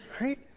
Right